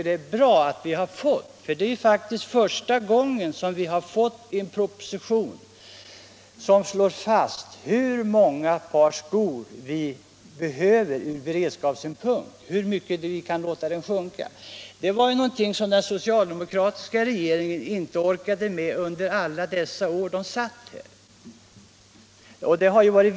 Det är första gången som vi har fått en proposition som slår fast hur många par skor vi från beredskapssynpunkt måste kunna tillverka här i landet. En sådan plan orkade den socialdemokratiska regeringen inte med att upprätta under alla de år den satt.